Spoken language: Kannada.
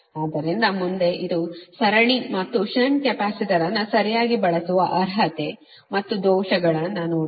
ಆದ್ದರಿಂದ ಮುಂದೆ ಇದು ಸರಣಿ ಮತ್ತು ಷಂಟ್ ಕೆಪಾಸಿಟರ್ ಅನ್ನು ಸರಿಯಾಗಿ ಬಳಸುವ ಅರ್ಹತೆ ಮತ್ತು ದೋಷಗಳುನ್ನು ನೋಡುತ್ತೇವೆ